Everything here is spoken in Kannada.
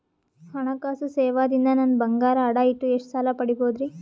ಹಣಕಾಸು ಸೇವಾ ದಿಂದ ನನ್ ಬಂಗಾರ ಅಡಾ ಇಟ್ಟು ಎಷ್ಟ ಸಾಲ ಪಡಿಬೋದರಿ?